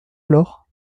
alors